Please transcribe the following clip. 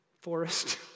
Forest